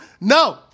No